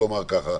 קצת.